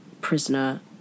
prisoner